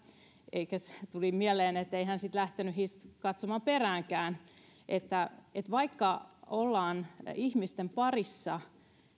elikkä tuli mieleen ettei hän sitten lähtenyt katsomaan peräänkään vaikka ollaan ihmisten parissa